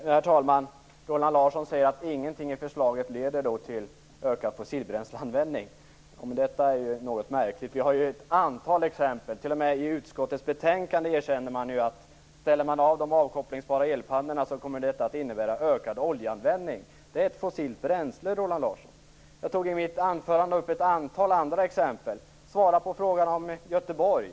Herr talman! Roland Larsson säger att ingenting i förslaget leder till ökad användning av fossilbränslen. Detta är något märkligt. Det finns ju ett antal exempel. T.o.m. i utskottets betänkande erkänner man att om de avkopplingsbara elpannorna ställs av, så kommer det att innebära ökad oljeanvändning. Det är ett fossilt bränsle, Roland Larsson! I mitt anförande tog jag upp ett antal andra exempel. Svara på frågan om Göteborg!